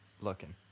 looking